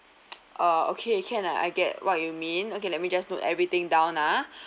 uh okay can uh I get what you mean okay let me just note everything down ah